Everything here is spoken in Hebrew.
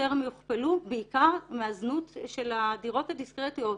יותר מהוכפלו, בעיקר מהזנות של הדירות הדיסקרטיות,